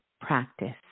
Practice